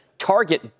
Target